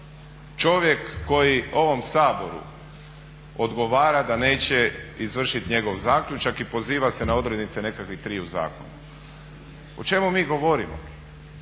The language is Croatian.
čovjek koji ovom Saboru odgovara da neće izvršiti njegov zaključak i poziva se na odrednice nekakvih triju zakona. O čemu mi govorimo?